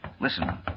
Listen